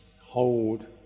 hold